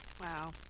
Wow